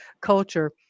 culture